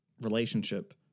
relationship